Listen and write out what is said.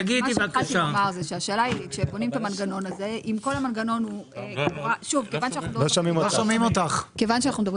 התחלתי לומר שכאשר בונים את המנגנון הזה - כיוון שאנחנו מדברים